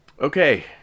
Okay